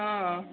ಹಾಂ